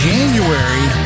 January